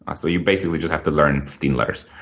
ah so you basically just have to learn fifteen letters,